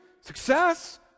success